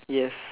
yes